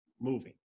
moving